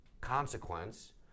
consequence